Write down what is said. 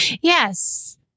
Yes